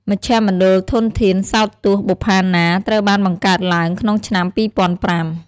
មជ្ឈមណ្ឌលធនធានសោតទស្សន៍បុប្ផាណា ត្រូវបានបង្កើតឡើងក្នុងឆ្នាំ ២០០៥។